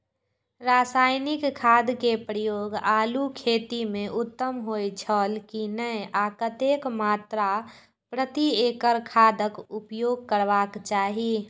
रासायनिक खाद के प्रयोग आलू खेती में उत्तम होय छल की नेय आ कतेक मात्रा प्रति एकड़ खादक उपयोग करबाक चाहि?